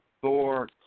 Thor